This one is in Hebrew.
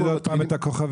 תגיד עוד פעם את הכוכבית.